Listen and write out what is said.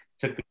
took